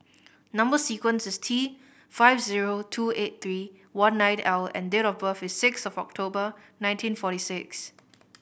number sequence is T five zero two eight three one nine L and date of birth is six of October nineteen forty six